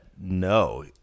no